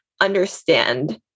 understand